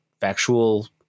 factual